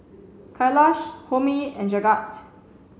Kailash Homi and Jagat